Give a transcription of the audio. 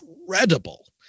incredible